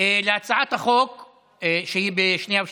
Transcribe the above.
להצעת החוק, שהיא לשנייה ושלישית,